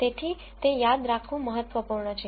તેથી તે યાદ રાખવું મહત્વપૂર્ણ છે